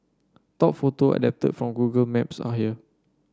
top photo adapted from Google Maps are here